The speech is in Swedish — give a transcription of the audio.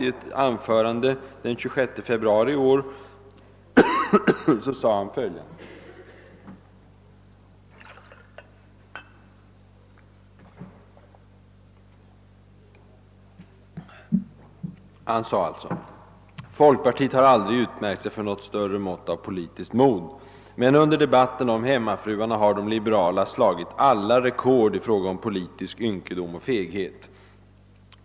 I ett anförande den 26 februari i år sade han följande: »Folkpartiet har aldrig utmärkt sig för något större mått av politiskt mod, men under debatten om hemmafruarna har de liberala slagit alla rekord i fråga om politisk ynkedom och feghet.